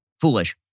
foolish